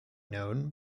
known